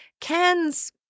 cans